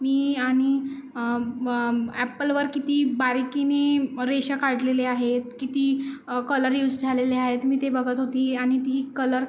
मी आणि ॲपलवर किती बारिकीने रेषा काढलेले आहेत किती कलर युज झालेले आहेत मी ते बघत होती आणि ती कलर